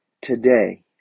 today